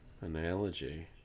analogy